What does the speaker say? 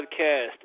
podcast